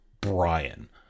Brian